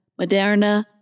Moderna